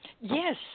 Yes